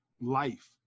life